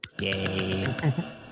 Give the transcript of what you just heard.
Yay